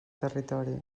territori